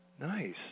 Nice